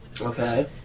Okay